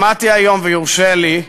שמעתי היום, ויורשה לי,